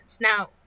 Now